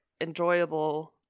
enjoyable